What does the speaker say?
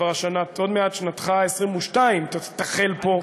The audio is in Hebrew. ועוד מעט תחל פה את שנתך ה-22, הוא